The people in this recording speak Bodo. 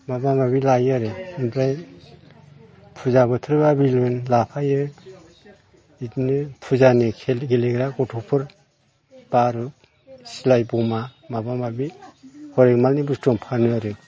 माबा माबि लायो आरो ओमफ्राय फुजा बोथोरब्ला बिलुन लाफायो इदिनो फुजानि खेला गेलेग्रा गथ'फोर बारुद सिलाइ बमा माबा माबि हरिखमालनि बुस्थु आं फानो आरो